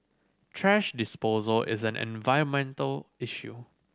thrash disposal is an environmental issue